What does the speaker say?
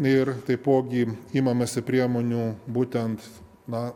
ir taipogi imamasi priemonių būtent na